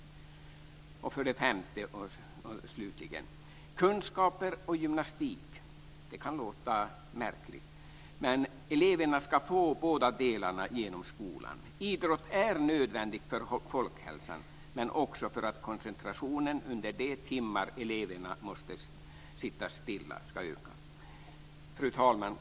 5. Det handlar om kunskap och gymnastik. Det kan låta märkligt, men eleverna ska få båda delarna genom skolan. Det är nödvändigt med idrott för folkhälsan men också för att koncentrationen under de timmar då eleverna måste sitta stilla ska öka. Fru talman!